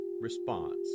response